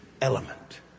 Element